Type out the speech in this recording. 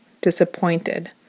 Disappointed